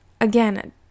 again